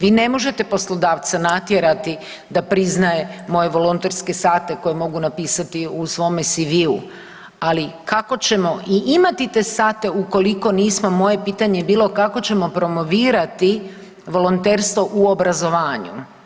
Vi ne možete poslodavce natjerati da priznaje moje volonterske sate koje mogu napisati u svome CV-u, ali kako ćemo i imati te sate ukoliko nismo, moje pitanje je bilo, kako ćemo promovirati volonterstvo u obrazovanju?